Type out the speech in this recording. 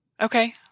Okay